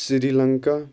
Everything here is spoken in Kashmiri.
سری لَنکا